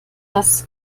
das